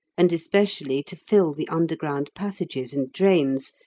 and especially to fill the underground passages and drains,